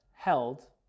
held